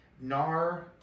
Nar